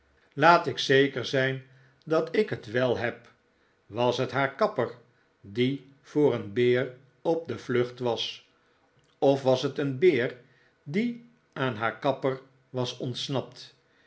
laat ik zeker zijn dat ik het wel heb was het haar kapper die voor een beer op de vlucht was of was het een beer die aan haar kapper was ontsnapt